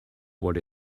what